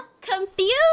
confused